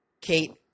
Kate